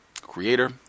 creator